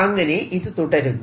അങ്ങനെ ഇത് തുടരുന്നു